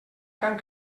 can